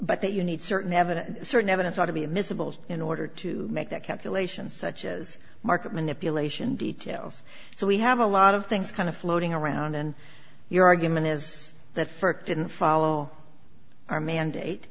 but that you need certain evidence certain evidence ought to be admissible in order to make that calculation such as market manipulation details so we have a lot of things kind of floating around and your argument is that for didn't follow our mandate